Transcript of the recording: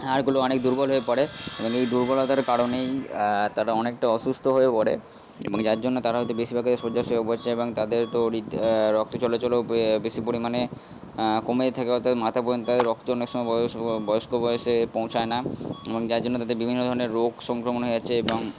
হাড়গুলো অনেক দুর্বল হয়ে পড়ে এবং এই দুর্বলতার কারণেই তারা অনেকটা অসুস্থ হয়ে পড়ে এবং যার জন্য তারা হয়তো বেশিরভাগ শয্যাশায়ী অবশ্য এবং তাদের তো রক্ত চলাচলও বেশি পরিমাণে কমে যেতে থাকে অতএব মাথা পর্যন্ত তাদের রক্ত অনেক সময় বয়স্ক বয়স্ক বয়সে পৌঁছয় না এবং যার জন্য তাদের বিভিন্ন ধরনের রোগ সংক্রমণ হয়ে যাচ্ছে এবং